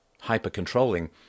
hyper-controlling